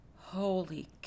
Holy